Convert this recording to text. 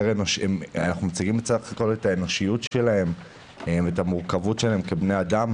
אנחנו מציגים בסך הכול את האנושיות שלהם ואת המורכבות שלהם כבני אדם.